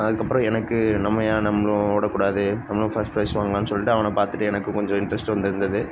அதுக்கப்புறம் எனக்கு நம்ம ஏன் நம்மளும் ஓடக்கூடாது நம்மளும் ஃபஸ்ட் ப்ரைஸ் வாங்கலாம்னு சொல்லிட்டு அவனை பார்த்துட்டு எனக்கு கொஞ்சம் இண்ட்ரஸ்ட் வந்துருந்தது